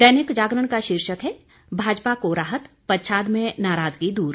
दैनिक जागरण का शीर्षक है भाजपा को राहत पच्छाद में नाराजगी दूर